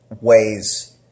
ways